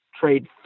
trade